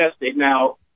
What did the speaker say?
now